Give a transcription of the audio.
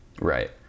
Right